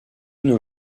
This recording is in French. nos